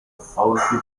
forti